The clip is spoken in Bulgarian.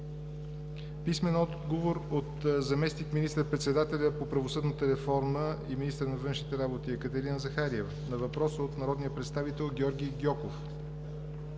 Мирчев; - заместник министър-председателя по правосъдната реформа и министър на външните работи Екатерина Захариева на въпрос от народния представител Георги Гьоков;